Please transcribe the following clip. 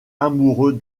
amoureux